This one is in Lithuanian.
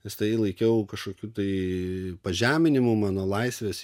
nes tai laikiau kažkokiu tai pažeminimu mano laisvės